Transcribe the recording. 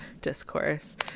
discourse